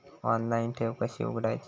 Online ठेव कशी उघडायची?